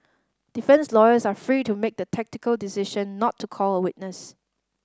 defence lawyers are free to make the tactical decision not to call a witness